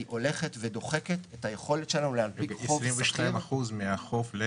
היא הולכת ודוחקת את היכולת שלנו להנפיק חוב סחיר --- 22% מהחוב של